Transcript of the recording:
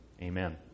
Amen